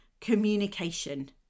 communication